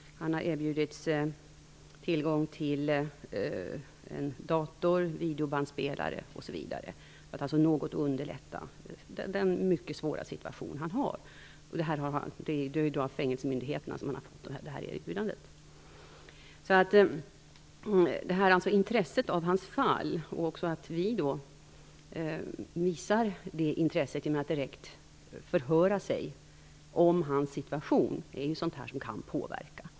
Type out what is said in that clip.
Han har erbjudits tillgång till en dator, videobandspelare osv. för att något underlätta hans mycket svåra situation. Han har fått det här erbjudandet av fängelsemyndigheterna. Intresset för hans fall och att vi visar det intresset genom att direkt förhöra oss om hans situation är sådant som kan påverka.